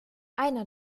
einer